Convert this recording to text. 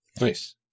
Nice